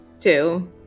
Two